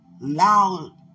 loud